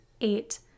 eight